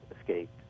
escaped